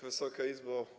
Wysoka Izbo!